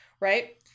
Right